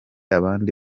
abandi